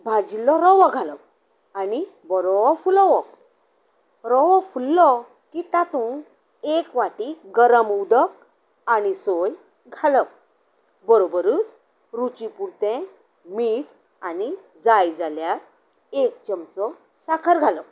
भाजिल्लो रवो घालप आनी बरो फुलोवप रवो फुल्लो की तातूंत एक वाटी गरम उदक आनी सोय घालप बरोबरोच रुची पुर्तें मीठ आनी जाय जाल्यार एक चमचो साकर घालप